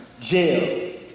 jail